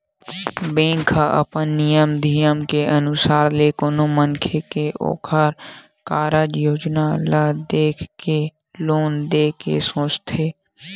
bank ह अपन नियम धियम के अनुसार ले कोनो मनखे के ओखर कारज योजना ल देख के लोन देय के सोचथे